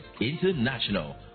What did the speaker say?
International